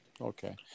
okay